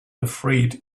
afraid